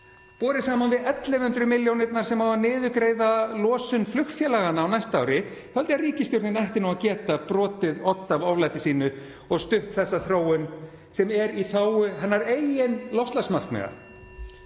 Borið saman við 1.100 milljónirnar sem á að niðurgreiða losun flugfélaganna um á næsta ári þá held ég að ríkisstjórnin ætti að geta brotið odd af oflæti sínu og stutt þessa þróun (Forseti hringir.) sem er í þágu hennar eigin loftslagsmarkmiða.